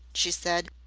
she said,